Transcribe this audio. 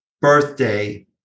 birthday